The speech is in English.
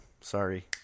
sorry